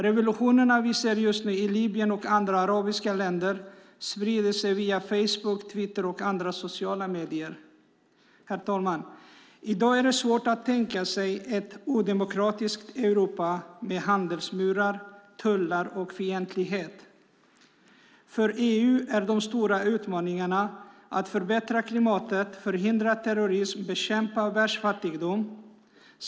Revolutionerna vi ser just nu i Libyen och andra arabiska länder sprider sig via Facebook, Twitter och andra sociala medier. Herr talman! I dag är det svårt att tänka sig ett odemokratiskt Europa med handelsmurar, tullar och fientlighet. För EU är de stora utmaningarna att förbättra klimatet, förhindra terrorism, bekämpa världsfattigdom.